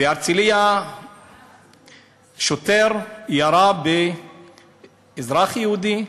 בהרצליה שוטר ירה באזרח יהודי,